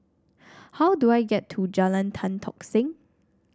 how do I get to Jalan Tan Tock Seng